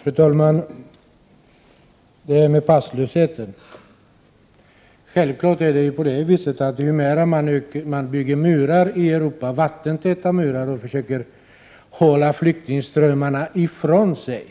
Fru talman! Först till passlösheten. Självfallet är det på det sättet att ju mer man i Europa bygger upp murar och försöker hålla flyktingströmmarna ifrån sig,